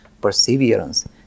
Perseverance